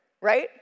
right